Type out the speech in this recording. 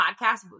podcast